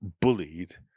bullied